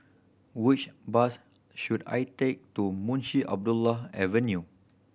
which bus should I take to Munshi Abdullah Avenue